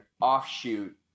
offshoot